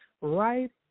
right